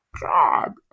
God